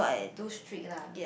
too strict lah